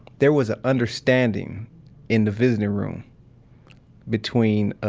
there was an understanding in the visiting room between, ah,